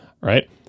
right